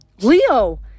leo